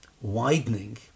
widening